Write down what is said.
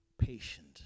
Patient